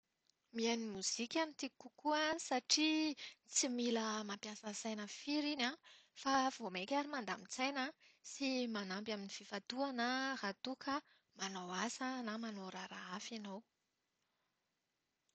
Mihaino mozika no tiako kokoa satria tsy mila mampiasa saina firy iny an, fa vao maika ary mandamin-tsaina sy manampy amin'ny fifantohana raha toa ka manao asa na manao raharaha hafa ianao.